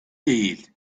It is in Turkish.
değil